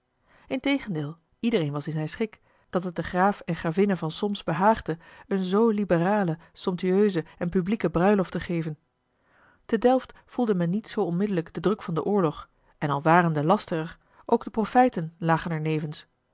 integendeel iedereen was in zijn schik dat het den graaf en gravinne van solms behaagde eene zoo liberale somptueuse en publieke bruiloft te geven te delft voelde men niet zoo onmiddellijk den druk van den oorlog en al waren de lasten er ook de profijten lagen er nevens